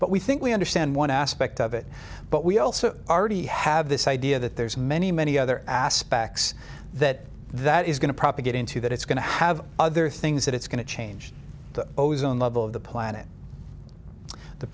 but we think we understand one aspect of it but we also are already have this idea that there's many many other aspects that that is going to propagate into that it's going to have other things that it's going to change the ozone level of the planet the